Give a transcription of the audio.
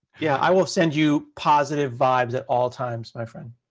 yeah, i will send you positive vibes at all times, my friend.